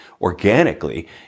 organically